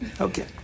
Okay